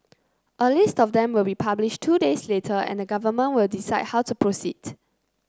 a list of them will be publish two days later and the government will decide how to proceed